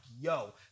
yo